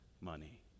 money